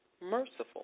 merciful